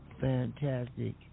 fantastic